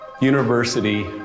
university